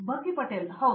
ಬಖಿ ಪಾಟೆಲ್ ಹೌದು